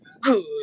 Good